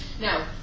Now